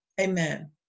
Amen